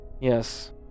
yes